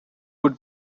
would